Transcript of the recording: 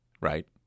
right